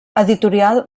editorial